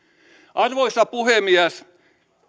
arvoisa puhemies